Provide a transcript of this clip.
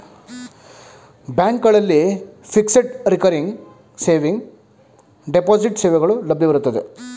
ಬ್ಯಾಂಕ್ಗಳಲ್ಲಿ fixed, recurring saving, deposit ಸೇವೆಗಳು ಲಭ್ಯವಿರುತ್ತವೆ